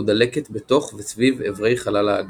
או דלקת בתוך וסביב איברי חלל האגן,